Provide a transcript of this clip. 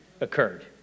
occurred